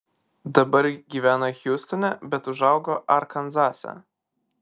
dabar gyvena hjustone bet užaugo arkanzase